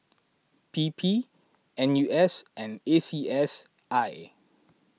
P P N U S and A C S I